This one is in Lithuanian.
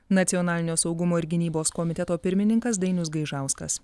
nacionalinio saugumo ir gynybos komiteto pirmininkas dainius gaižauskas